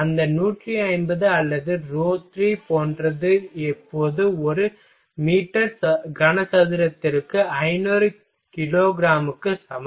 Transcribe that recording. அந்த 150 அல்லது ρ3 போன்றது இப்போது ஒரு மீட்டர் கனசதுரத்திற்கு 500 கிலோகிராமுக்கு சமம்